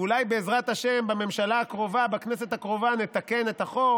ואולי בעזרת השם בממשלה הקרובה בכנסת הקרובה נתקן את החוק